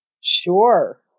Sure